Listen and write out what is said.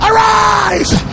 Arise